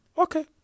okay